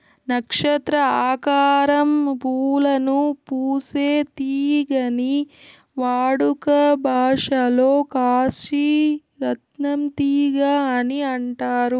నక్షత్ర ఆకారం పూలను పూసే తీగని వాడుక భాషలో కాశీ రత్నం తీగ అని అంటారు